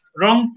wrong